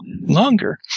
longer